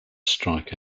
strike